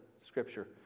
Scripture